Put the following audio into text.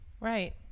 Right